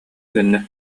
кэннэ